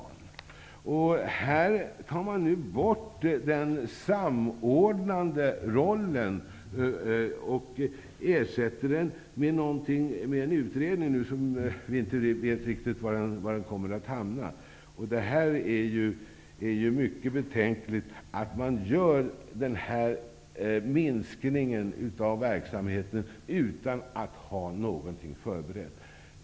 Här tar man nu bort den samordnande rollen och ersätter den med en utredning som vi inte vet riktigt var den kommer att hamna. Det är mycket betänkligt att man gör den här minskningen av verksamheten utan att ha någonting förberett.